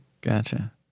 gotcha